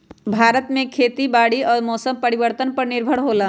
भारत में खेती बारिश और मौसम परिवर्तन पर निर्भर होयला